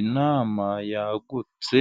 Inama yagutse